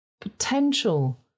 Potential